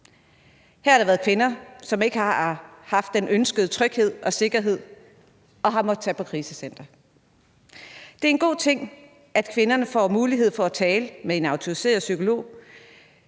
Her har der været kvinder, som ikke har haft den ønskede tryghed og sikkerhed og har måttet tage på krisecenter. Det er en god ting, at kvinderne får mulighed for at tale med en autoriseret psykolog.